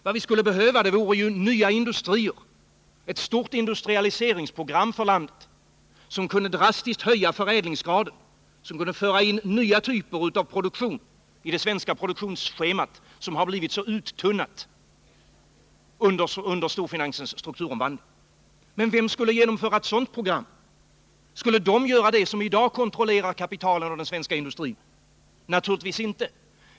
Vad vi skulle behöva vore nya industrier — ett stort industrialiseringsprogram för landet, som kunde drastiskt höja förädlingsgraden och föra in nya typer av produktion i det svenska produktionsschemat, som blivit så uttunnat under storfinansens strukturomvandling. Vem skulle genomföra ett sådant program? Skulle de göra det som i dag kontrollerar kapitalet och den svenska industrin? Naturligtvis inte.